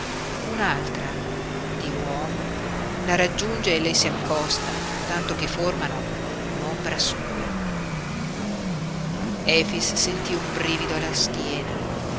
un'altra di uomo la raggiunge e le si accosta tanto che formano un'ombra sola efix sentí un brivido alla schiena